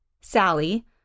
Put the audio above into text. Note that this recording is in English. Sally